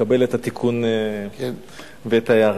מקבל את התיקון ואת ההערה.